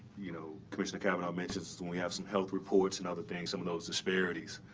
you know commissioner cavanaugh mentioned when we have some health reports and other things, some of those disparities